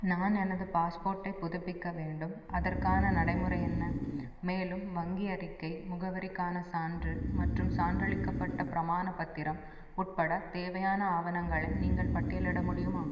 நான் எனது பாஸ்போர்ட்டை புதுப்பிக்க வேண்டும் அதற்கான நடைமுறை என்ன மேலும் வங்கி அறிக்கை முகவரிக்கான சான்று மற்றும் சான்றளிக்கப்பட்ட பிரமாணப் பத்திரம் உட்பட தேவையான ஆவணங்களை நீங்கள் பட்டியலிட முடியுமா